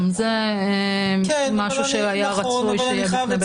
וגם זה משהו שרצוי שיהיה בפני בית המשפט.